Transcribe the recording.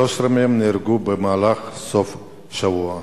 13 מהם נהרגו במהלך סוף השבוע.